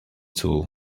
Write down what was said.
tool